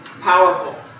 powerful